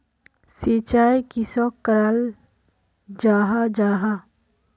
सिंचाई किसोक कराल जाहा जाहा?